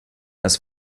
als